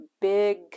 big